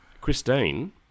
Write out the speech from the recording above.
Christine